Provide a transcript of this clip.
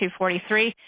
243